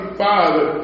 father